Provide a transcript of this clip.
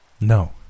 No